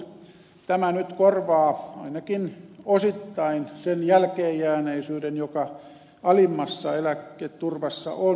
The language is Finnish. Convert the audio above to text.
tämä nyt korvaa ainakin osittain sen jälkeenjääneisyyden joka alimmassa eläketurvassa on tällä hetkellä